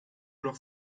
noch